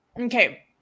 okay